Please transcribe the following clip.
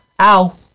ow